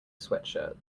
sweatshirt